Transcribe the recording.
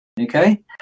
Okay